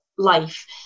life